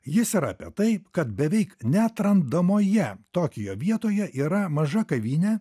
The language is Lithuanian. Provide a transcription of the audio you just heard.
jis yra apie taip kad beveik net randamoje tokijo vietoje yra maža kavinė